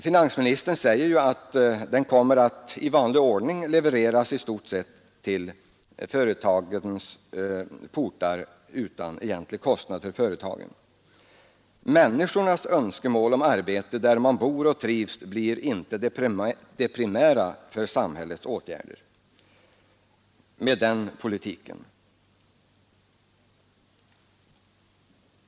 Finansministern säger ju till näringslivet att staten i vanlig ordning kommer att leverera arbetskraften till företagens portar utan egentlig kostnad för företagen. Människornas önskemål om arbete där de bor och trivs blir inte det primära för samhällets åtgärder med den politiken.